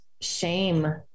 shame